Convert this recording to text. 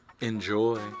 Enjoy